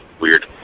Weird